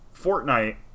fortnite